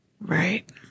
Right